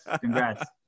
Congrats